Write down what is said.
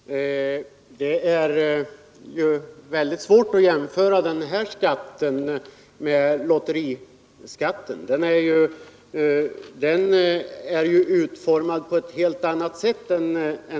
Fru talman! Det är ju väldigt svårt att jämföra den här skatten med lotteriskatten, som är utformad på ett helt annat sätt.